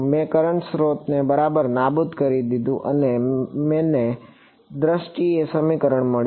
મેં કરંટ સ્રોતને બરાબર નાબૂદ કરી દીધું અને મને દ્રષ્ટિએ સમીકરણ મળ્યું